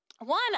One